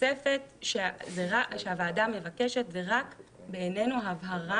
התוספת שהוועדה מבקשת היא רק בעיננו הבהרה